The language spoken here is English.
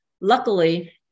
luckily